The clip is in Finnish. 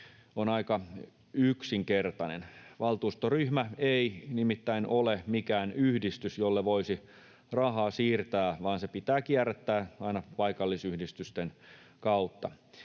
on aika yksinkertainen. Valtuustoryhmä ei nimittäin ole mikään yhdistys, jolle voisi rahaa siirtää, vaan se pitää kierrättää aina paikallisyhdistysten kautta.